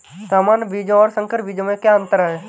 सामान्य बीजों और संकर बीजों में क्या अंतर है?